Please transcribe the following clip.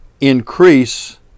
increase